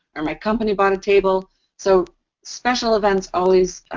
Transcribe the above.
or my company bought a table so special events, always,